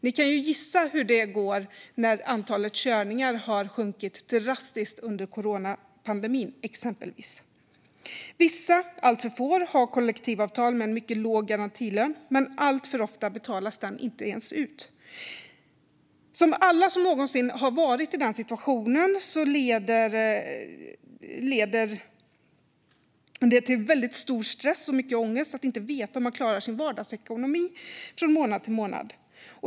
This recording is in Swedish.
Ni kan ju gissa hur det går när antalet körningar har sjunkit drastiskt under coronapandemin, exempelvis. Vissa, alltför få, har kollektivavtal med en mycket låg garantilön, men alltför ofta betalas den inte ens ut. Som alla som någonsin varit i den situationen vet leder det till väldigt stor stress och mycket ångest att inte veta om man klarar sin vardagsekonomi från månad till månad.